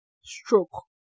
Stroke